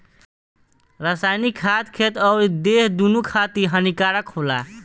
रासायनिक खाद खेत अउरी देह दूनो खातिर हानिकारक होला